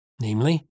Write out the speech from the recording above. namely